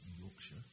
Yorkshire